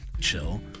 chill